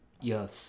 Yes